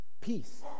Peace